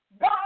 God